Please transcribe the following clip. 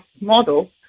model